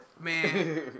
Man